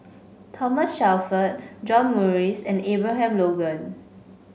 Thomas Shelford John Morrice and Abraham Logan